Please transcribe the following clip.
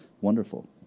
wonderful